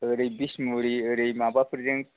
ओरै बिसमुरि ओरै माबाफोरजों